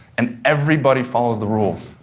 and everybody follows the rules.